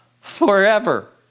forever